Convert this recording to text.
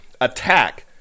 attack